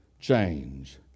change